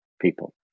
people